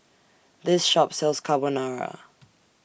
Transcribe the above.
This Shop sells Carbonara